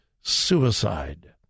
suicide